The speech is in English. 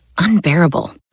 unbearable